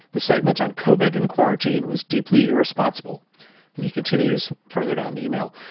the segments uncovered and quarantine was deeply irresponsible and he continues further down the email.